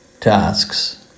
tasks